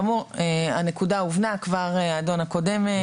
הנקודה הובנה, האדון הקודם כבר אמר את זה.